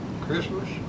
Christmas